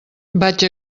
vaig